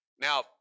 now